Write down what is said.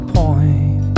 point